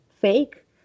fake